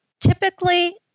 Typically